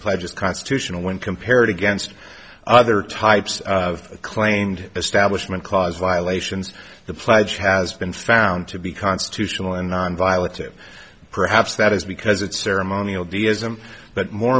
pledge is constitutional when compared against other types of claimed establishment clause violations the pledge has been found to be constitutional and nonviolent that perhaps that is because it's ceremonial deism but more